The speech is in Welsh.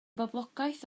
boblogaeth